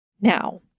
Now